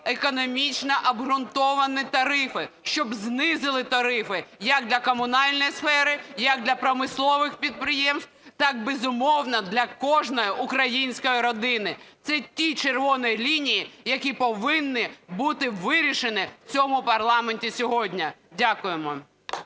економічно обґрунтовані тарифи, щоб знизили тарифи як для комунальної сфери, як для промислових підприємств, так, безумовно, для кожної української родини. Це ті червоні лінії, які повинні бути вирішені в цьому парламенті сьогодні. Дякуємо.